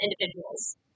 individuals